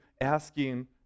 asking